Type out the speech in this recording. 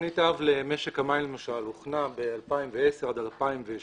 תוכנית אב למשק המים, למשל, הוכנה ב-2010 עד 2012